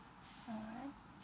alright